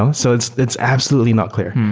um so it's it's absolutely not clear.